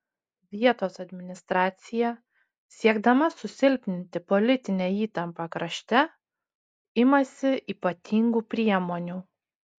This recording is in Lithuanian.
vietos administracija siekdama susilpninti politinę įtampą krašte imasi ypatingų priemonių